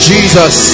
Jesus